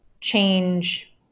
change